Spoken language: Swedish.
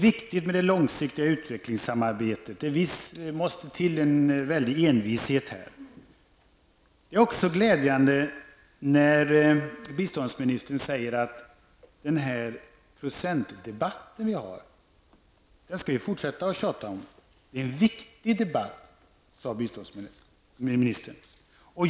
Det långsiktiga utvecklingssamarbetet är viktigt. Det måste till en väldig envishet i det sammanhanget. Det är också glädjande att biståndsministern säger att vi skall fortsätta att tjata om den procentdebatt som förs här. Det är en viktig debatt, sade biståndsministern.